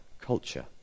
culture